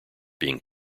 being